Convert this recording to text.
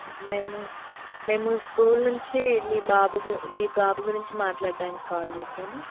మేము మేము స్కూల్ నుంచి మీ బాబు గు మీ బాబు గురించి మాట్లాడానికి కాల్ చేసాను